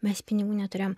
mes pinigų neturėjom